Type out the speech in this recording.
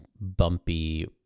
bumpy